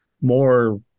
more